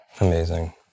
Amazing